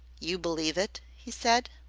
you believe it, he said.